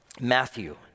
Matthew